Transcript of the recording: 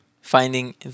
finding